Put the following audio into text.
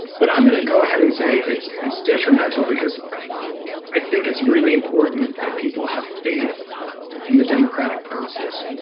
but i'm going to go ahead and say it's it's detrimental because i think it's really important that people have faith in the democratic process